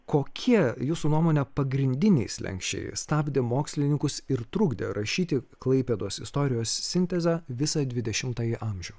kokie jūsų nuomone pagrindiniai slenksčiai stabdė mokslininkus ir trukdė rašyti klaipėdos istorijos sintezę visą dvidešimtąjį amžių